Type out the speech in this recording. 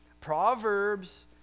Proverbs